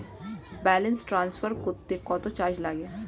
Balance transfer করতে কত charge লাগে?